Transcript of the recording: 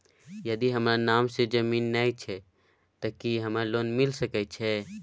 यदि हमर नाम से ज़मीन नय छै ते की हमरा लोन मिल सके छै?